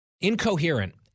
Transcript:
incoherent